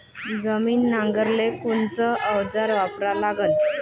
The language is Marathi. जमीन नांगराले कोनचं अवजार वापरा लागन?